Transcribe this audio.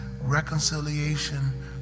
reconciliation